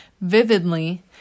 vividly